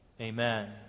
Amen